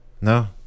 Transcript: No